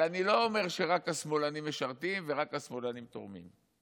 אני לא אומר שרק "השמאלנים" משרתים ורק "השמאלנים" תורמים,